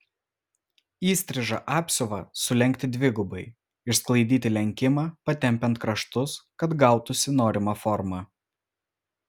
įstrižą apsiuvą sulenkti dvigubai išlaidyti lenkimą patempiant kraštus kad gautųsi norima forma